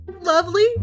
lovely